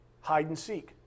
hide-and-seek